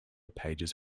pages